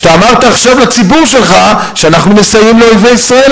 שאתה אמרת לציבור שלך שאנחנו מסייעים לאויבי ישראל,